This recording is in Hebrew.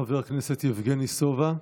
חבר הכנסת יבגני סובה.